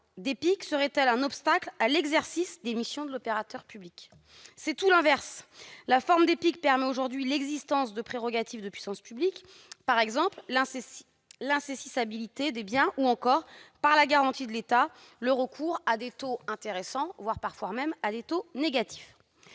serait-elle un obstacle à l'exercice des missions de l'opérateur public ? C'est tout l'inverse : elle permet aujourd'hui l'existence de prérogatives de puissance publique, par exemple l'insaisissabilité des biens ou encore, par la garantie de l'État, le recours à des taux intéressants, parfois même négatifs.